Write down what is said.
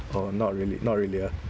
oh not really not really ah